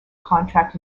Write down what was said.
contract